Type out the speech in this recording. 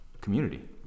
community